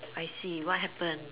I see what happened